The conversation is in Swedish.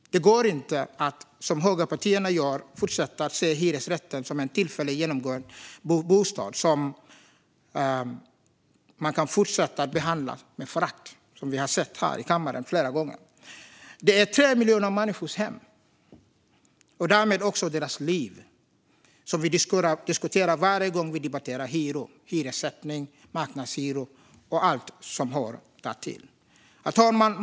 Det går inte att, som högerpartierna gör, fortsätta att se hyresrätten som en tillfällig genomgångsbostad som man kan fortsätta att behandla med förakt, vilket vi har sett här i kammaren flera gånger. Det är 3 miljoner människors hem, och därmed också deras liv, som vi diskuterar varje gång vi debatterar hyror, hyressättning, marknadshyror och allt som hör därtill. Herr talman!